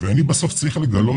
ואני בסוף צריך לגלות,